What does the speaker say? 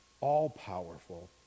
all-powerful